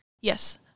Yes